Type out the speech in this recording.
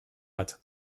hat